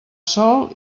sol